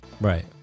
Right